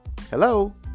Hello